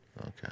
Okay